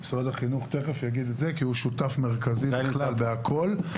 משרד החינוך יגיד את זה כי הוא שותף מרכזי נכלל בכול.